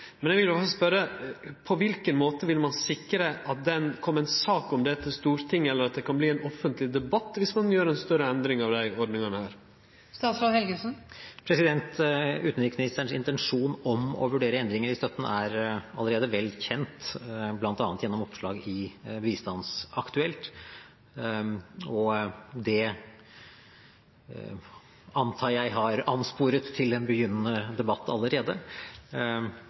Men eg vil spørje: På kva måte vil ein sikre at det kjem ei sak om dette til Stortinget, eller at det kan verte ein offentleg debatt, om ein gjer ei større endring av desse ordningane? Utenriksministerens intensjon om å vurdere endringer i støtten er allerede vel kjent, bl.a. gjennom oppslag i Bistandsaktuelt, og det antar jeg allerede har ansporet til en begynnende debatt.